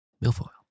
Milfoil